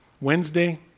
Wednesday